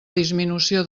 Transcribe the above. disminució